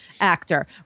actor